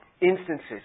instances